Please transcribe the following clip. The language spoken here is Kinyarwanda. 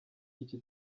iki